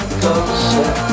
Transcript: closer